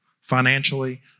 financially